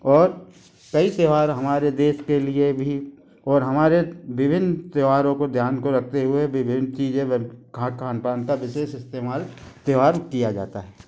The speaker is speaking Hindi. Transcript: और कई त्योहार हमारे देश के लिए भी और हमारे विभिन्न त्यौहारों को ध्यान को रखते हुए विभिन्न चीजें खान पान का विशेष इस्तेमाल त्यौहार किया जाता है